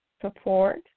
support